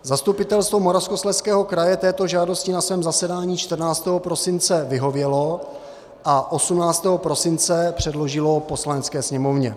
Zastupitelstvo Moravskoslezského kraje této žádosti na svém zasedání 14. prosince vyhovělo a 18. prosince předložilo Poslanecké sněmovně.